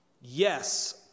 Yes